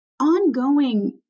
ongoing